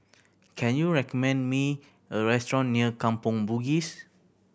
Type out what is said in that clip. can you recommend me a restaurant near Kampong Bugis